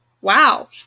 Wow